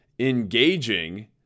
engaging